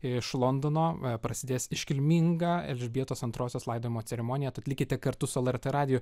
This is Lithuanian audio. iš londono prasidės iškilminga elžbietos antrosios laidojimo ceremonija tad likite kartu su lrt radiju